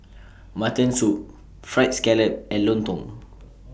Mutton Soup Fried Scallop and Lontong